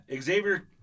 Xavier